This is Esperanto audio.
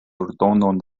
ordonon